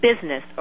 business